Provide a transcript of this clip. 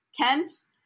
tense